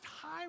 time